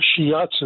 shiatsu